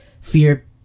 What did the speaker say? fear